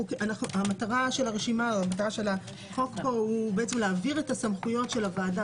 המטרה של החוק פה היא להעביר את הסמכויות של הוועדה